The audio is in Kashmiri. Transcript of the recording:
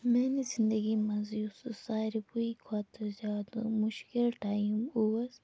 میانہِ زِندگی منٛز یُس سارِکُے کھۄتہٕ زیادٕ مُشکِل ٹایم اوس